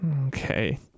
okay